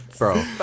Bro